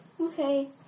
Okay